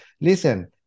Listen